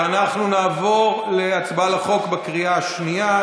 ואנחנו נעבור להצבעה על החוק בקריאה השנייה.